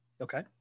Okay